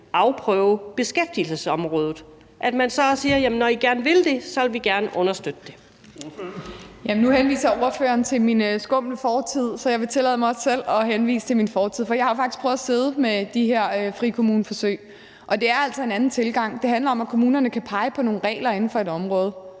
fg. formand (Erling Bonnesen): Ordføreren. Kl. 15:51 Ida Auken (S): Nu henviser ordføreren til min skumle fortid, så jeg vil tillade mig også selv at henvise til min fortid. For jeg har faktisk prøvet at sidde med de her frikommuneforsøg, og det er altså en anden tilgang. Det handler om, at kommunerne kan pege på nogle regler inden for et område;